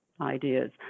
ideas